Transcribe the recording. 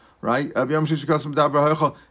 right